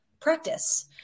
practice